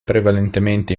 prevalentemente